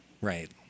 Right